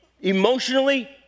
emotionally